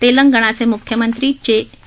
तेलंगणाचे म्ख्यमंत्री के